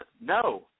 No